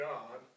God